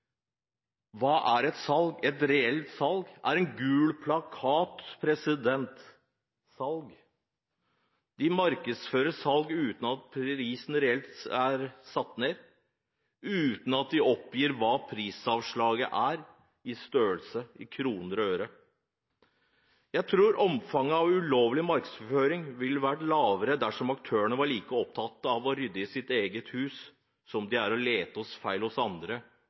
Hva er et salg, et reelt salg? Er det en gul plakat det står salg på? De markedsfører salg uten at prisen reelt er satt ned, uten at de oppgir hva prisavslaget er – i størrelse, i kroner og øre. Jeg tror omfanget av ulovlig markedsføring ville vært lavere dersom aktørene var like opptatt av å rydde i sitt eget hus som de er av å lete etter feil hos andre,